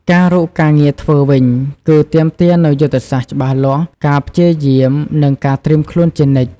ការរកការងារធ្វើវិញ គឺទាមទារនូវយុទ្ធសាស្ត្រច្បាស់លាស់ ការព្យាយាម និងការត្រៀមខ្លួនជានិច្ច។